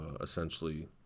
essentially –